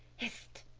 hist!